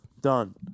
done